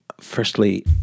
firstly